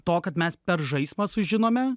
to kad mes per žaismą sužinome